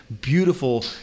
beautiful